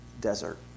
desert